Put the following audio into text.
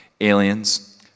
aliens